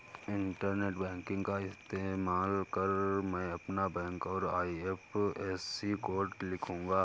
internet banking का इस्तेमाल कर मैं अपना बैंक और आई.एफ.एस.सी कोड लिखूंगा